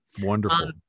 Wonderful